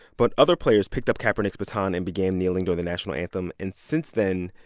but other players picked up kaepernick's baton and became kneeling during the national anthem. and since then,